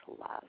love